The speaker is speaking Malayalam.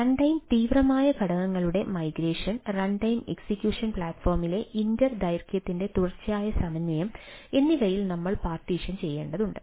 റൺടൈം തീവ്രമായ ഘടകങ്ങളുടെ മൈഗ്രേഷൻ റൺടൈം എക്സിക്യൂഷൻ പ്ലാറ്റ്ഫോമിലെ ഇന്റർ ദൈർഘ്യത്തിന്റെ തുടർച്ചയായ സമന്വയം എന്നിവയിൽ നമ്മൾ പാർട്ടീഷൻ ചെയ്യേണ്ടതുണ്ട്